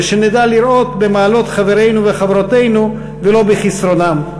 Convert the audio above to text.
ושנדע לראות במעלות חברינו וחברותינו ולא בחסרונם.